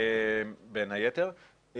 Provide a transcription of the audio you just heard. בין היתר.